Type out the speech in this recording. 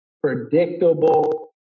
predictable